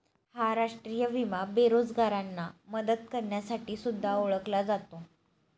हा राष्ट्रीय विमा बेरोजगारांना मदत करण्यासाठी सुद्धा ओळखला जातो